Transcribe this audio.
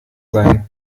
sein